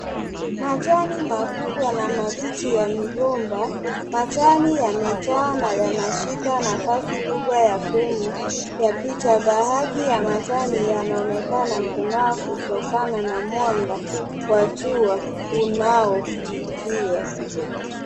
Majani makubwa na mabichi ya migomba, majani yamejaa na yanashika nafasi kubwa ya fremu ya picha. Baadhi ya majani yanaonekana kung'aa kutokana na mwanga wa jua unaopitia.